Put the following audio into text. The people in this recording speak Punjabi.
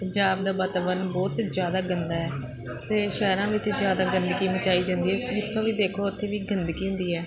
ਪੰਜਾਬ ਦਾ ਵਾਤਾਵਰਨ ਬਹੁਤ ਜ਼ਿਆਦਾ ਗੰਦਾ ਹੈ ਅਤੇ ਸ਼ਹਿਰਾਂ ਵਿੱਚ ਜ਼ਿਆਦਾ ਗੰਦਗੀ ਮਚਾਈ ਜਾਂਦੀ ਹੈ ਜਿਸ ਵਿੱਚੋਂ ਵੀ ਦੇਖੋ ਉੱਥੇ ਵੀ ਗੰਦਗੀ ਹੁੰਦੀ ਹੈ